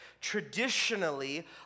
traditionally